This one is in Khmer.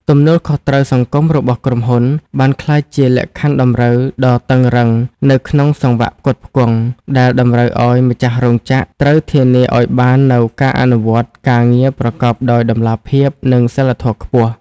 ទំនួលខុសត្រូវសង្គមរបស់ក្រុមហ៊ុន បានក្លាយជាលក្ខខណ្ឌតម្រូវដ៏តឹងរ៉ឹងនៅក្នុងសង្វាក់ផ្គត់ផ្គង់ ដែលតម្រូវឱ្យម្ចាស់រោងចក្រត្រូវធានាឱ្យបាននូវការអនុវត្តការងារប្រកបដោយតម្លាភាព និងសីលធម៌ខ្ពស់។